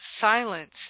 silence